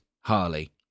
Harley